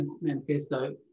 manifesto